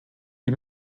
die